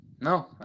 No